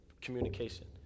communication